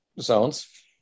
zones